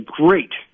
great